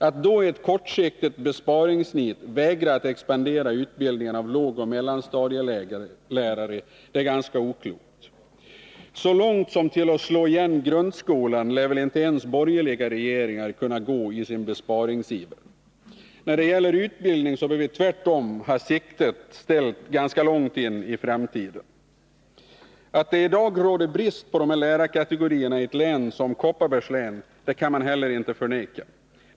Att då i ett kortsiktigt besparingsnit vägra att expandera utbildningen av lågoch mellanstadielärare är ganska oklokt. Så långt som till att slå igen grundskolan lär inte ens borgerliga regeringar kunna gå i sin besparingsiver. När det gäller utbildning bör vi tvärtom ha siktet inställt ganska långt in i framtiden. Att det i dag råder brist på dessa lärarkategorier i ett län som Kopparbergs län kan man inte heller förneka.